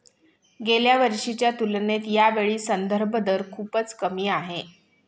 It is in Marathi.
गेल्या वर्षीच्या तुलनेत यावेळी संदर्भ दर खूपच कमी आहे